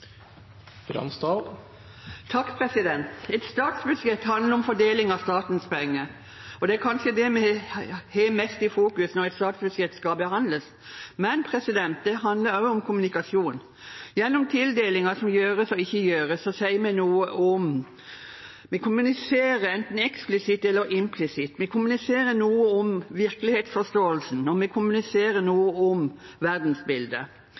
har mest i fokus når et statsbudsjett skal behandles, men det handler også om kommunikasjon. Gjennom tildelinger som gjøres og ikke gjøres, sier vi noe om noe, vi kommuniserer enten eksplisitt eller implisitt, vi kommuniserer noe om virkelighetsforståelsen, og vi kommuniserer noe om verdensbildet.